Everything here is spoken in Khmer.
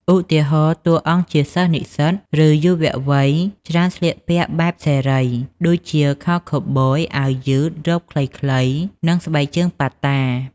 ឧទាហរណ៍ តួអង្គជាសិស្សនិស្សិត ឬយុវវ័យច្រើនស្លៀកពាក់បែបសេរី ដូចជា ខោខូវប៊យ អាវយឺត រ៉ូបខ្លីៗ និងស្បែកជើងប៉ាតា។